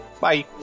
Bye